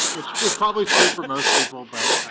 it's probably true for most people but